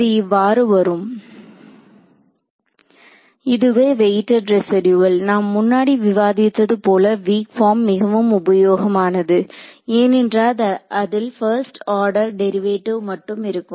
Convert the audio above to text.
இது இவ்வாறு வரும் இதுவே வெயிடட் ரெசிடியூவள் நாம் முன்னாடி விவாதித்தது போல வீக் பார்ம் மிகவும் உபயோகமானது ஏனென்றால் அதில் பஸ்ட் ஆர்டர் டெரிவேட்டிவ் மட்டும் இருக்கும்